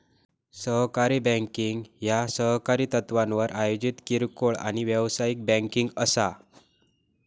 सहकारी बँकिंग ह्या सहकारी तत्त्वावर आयोजित किरकोळ आणि व्यावसायिक बँकिंग असा